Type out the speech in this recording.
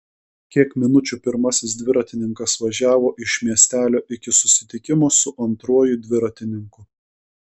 kiek minučių pirmasis dviratininkas važiavo iš miestelio iki susitikimo su antruoju dviratininku